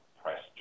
press